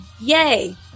Yay